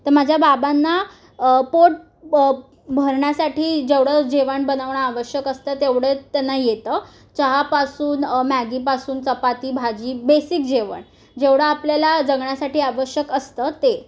तर माझ्या बाबांना पोट ब भरण्यासाठी जेवढं जेवण बनवणं आवश्यक असतं तेवढं त्यांना येतं चहापासून मॅगीपासून चपाती भाजी बेसिक जेवण जेवढं आपल्याला जगण्यासाठी आवश्यक असतं ते